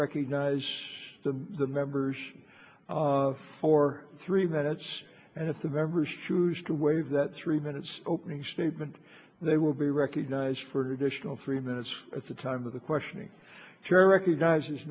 recognize the members of for three minutes and if the members choose to waive that three minutes opening statement they will be recognized for additional three minutes as the time of the questioning sure recognizes